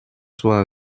soit